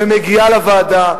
ומגיעה לוועדה,